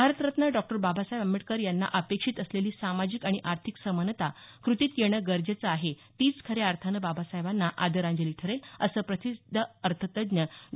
भारतरत्न डॉ बाबासाहेब आंबेडकर यांना अपेक्षित असलेली सामाजिक आणि आर्थिक समानता कृतीत येणं गरजेचे आहे तीच खऱ्या अर्थानं बाबासाहेबांना आदंराजली ठरेल असं प्रसिद्ध अर्थतज्ज्ञ डॉ